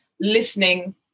listening